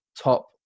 top